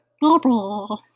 Blah-blah